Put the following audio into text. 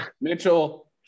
Mitchell